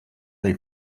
they